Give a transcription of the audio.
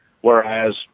Whereas